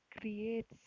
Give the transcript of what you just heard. creates